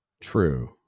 true